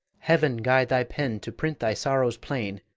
heaven guide thy pen to print thy sorrows plain,